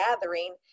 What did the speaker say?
gathering